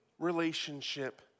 relationship